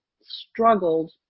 struggled